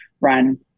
run